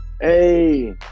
Hey